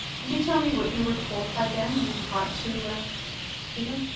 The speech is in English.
can you tell me what you were told by them when you talked to to them?